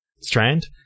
strand